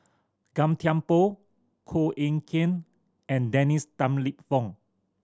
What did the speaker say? Gan Thiam Poh Koh Eng Kian and Dennis Tan Lip Fong